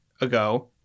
ago